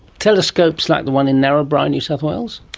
telescopes like the one in narrabri new south wales?